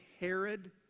Herod